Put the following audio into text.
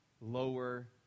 lower